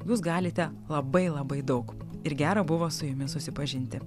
jūs galite labai labai daug ir gera buvo su jumis susipažinti